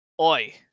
Oi